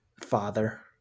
Father